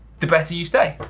the better you stay.